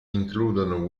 includono